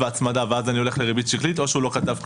והצמדה ואז אני הולך לריבית שקלית או שהוא לא כתב כלום.